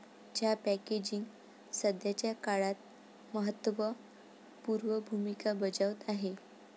चहा पॅकेजिंग सध्याच्या काळात महत्त्व पूर्ण भूमिका बजावत आहे